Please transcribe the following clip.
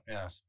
Yes